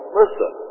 listen